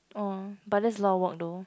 orh but that's lotta work though